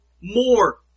more